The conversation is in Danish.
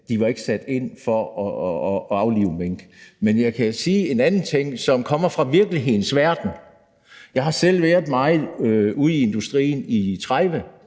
ikke var sat ind for at aflive mink. Og jeg kan sige en anden ting, som kommer fra virkelighedens verden: Jeg har selv været meget ude i industrien – i 30 år